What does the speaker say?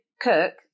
Cook